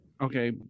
okay